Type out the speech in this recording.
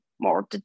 more